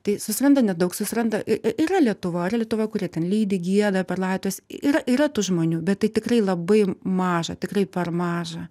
tai susiranda nedaug susiranda i i yra lietuvoj yra lietuvoj kurie ten lydi gieda per laidotuves yra yra tų žmonių bet tai tikrai labai maža tikrai per maža